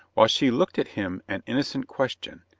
while she looked at him an innocent question,